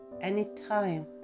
anytime